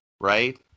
right